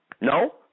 No